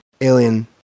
alien